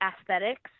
aesthetics